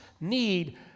need